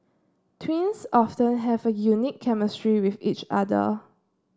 twins often have a unique chemistry with each other